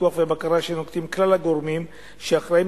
הפיקוח והבקרה שנוקטים כלל הגורמים שאחראים